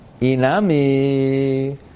Inami